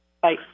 Bye